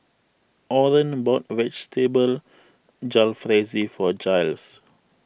Orren bought Vegetable Jalfrezi for Jiles